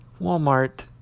Walmart